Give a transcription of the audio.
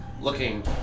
looking –